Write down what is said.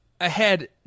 ahead